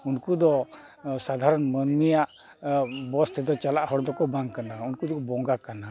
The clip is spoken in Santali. ᱩᱱᱠᱩ ᱫᱚ ᱥᱟᱫᱷᱟᱨᱚᱱ ᱢᱟᱹᱱᱢᱤᱭᱟᱜ ᱵᱚᱥ ᱛᱮᱫᱚ ᱪᱟᱞᱟᱜ ᱦᱚᱲ ᱫᱚᱠᱚ ᱵᱟᱝ ᱠᱟᱱᱟ ᱩᱱᱠᱩ ᱫᱚ ᱵᱚᱸᱜᱟ ᱠᱟᱱᱟ